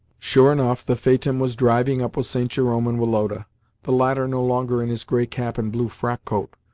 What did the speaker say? sure enough the phaeton was driving up with st. jerome and woloda the latter no longer in his grey cap and blue frockcoat,